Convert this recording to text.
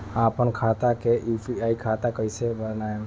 आपन खाता के यू.पी.आई खाता कईसे बनाएम?